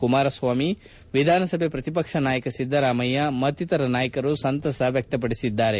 ಕುಮಾರಸ್ವಾಮಿ ವಿಧಾನಸಭೆ ಪ್ರತಿಪಕ್ಷ ನಾಯಕ ಸಿದ್ದರಾಮಯ್ಯ ಮತ್ತಿತರ ನಾಯಕರುಸಂತಸ ವ್ಯಕ್ತಪಡಿಸಿದ್ದಾರೆ